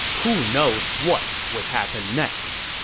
who knows what would happen next.